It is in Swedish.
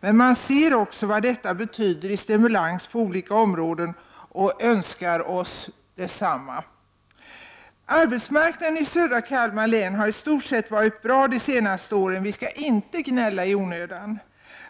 Men man ser också vad detta betyder i stimulans på olika områden och önskar oss detsamma. Arbetsmarknaden i södra Kalmar län har i stort sett varit bra de senaste åren — vi skall inte gnälla i onödan.